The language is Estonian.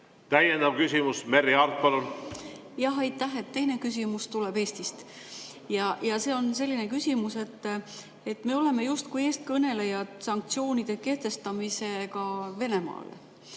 Täiendav küsimus, Merry Aart, palun! Aitäh! Teine küsimus tuleb Eesti kohta. Ja see on selline küsimus, et me oleme justkui eestkõnelejad sanktsioonide kehtestamisel Venemaale.